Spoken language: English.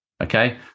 okay